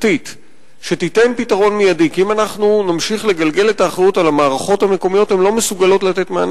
כי די להגיע לבקעת בית-הכרם,